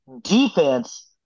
Defense